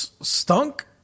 Stunk